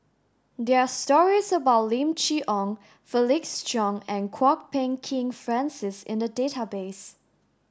there are stories about Lim Chee Onn Felix Cheong and Kwok Peng Kin Francis in the database